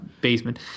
basement